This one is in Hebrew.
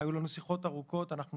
והיו לנו שיחות ארוכות על כך.